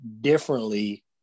differently